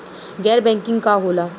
गैर बैंकिंग का होला?